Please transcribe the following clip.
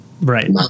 right